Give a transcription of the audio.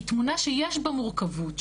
היא תמונה שיש בה מורכבות.